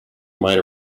might